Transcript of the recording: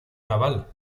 naval